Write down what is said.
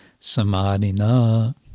Samadina